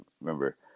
remember